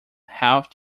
health